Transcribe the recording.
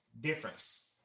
Difference